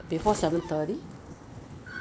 a lot better than may before